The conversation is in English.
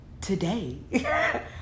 today